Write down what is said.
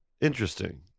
Interesting